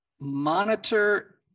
monitor